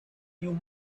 you